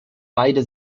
beide